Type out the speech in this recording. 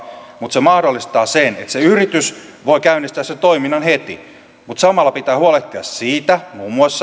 mutta se mahdollistaa sen että se yritys voi käynnistää sen toiminnan heti mutta samalla pitää huolehtia muun muassa siitä että